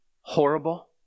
horrible